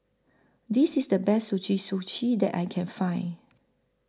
This IS The Best Suji Suji that I Can Find